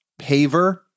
Paver